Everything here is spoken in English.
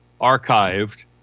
archived